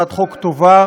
הצעת חוק טובה,